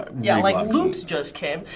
yeah like loops just came.